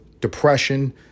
depression